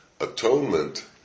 Atonement